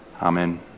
Amen